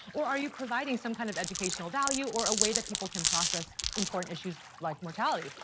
or are you providing some kind of educational value or a way that people can process important issues like mortality?